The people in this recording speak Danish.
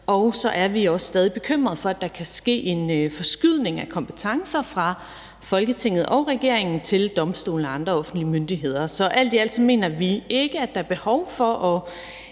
Og så er vi også stadig bekymrede for, at der kan ske en forskydning af kompetencer fra Folketinget og regeringen til domstolene og andre offentlige myndigheder. Så alt i alt mener vi ikke, at der er behov for at